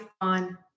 on